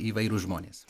įvairūs žmonės